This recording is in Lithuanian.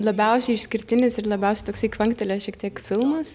labiausiai išskirtinis ir labiausiai toksai kvanktelėjęs šiek tiek filmas